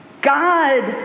God